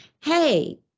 hey